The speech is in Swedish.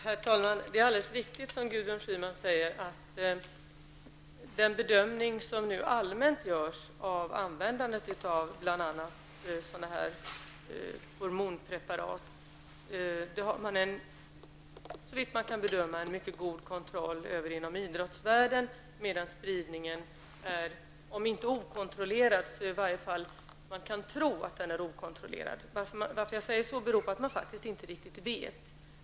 Herr talman! Det är alldeles riktigt, som Gudrun Schyman säger, att den bedömning som nu allmänt görs när det gäller användandet av bl.a. sådana hormonpreparat har man en mycket god kontroll över inom idrottsvärlden, medan spridningen är om inte okontrollerad så i alla fall så litet kontrollerad att man kan tro att den är det. Att jag säger det beror på att man faktiskt inte riktigt vet hur det är.